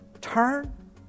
turn